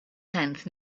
tenth